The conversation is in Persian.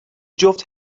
جفت